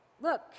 look